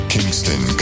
Kingston